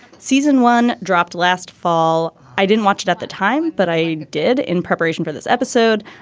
season one dropped last fall i didn't watch it at the time but i did in preparation for this episode.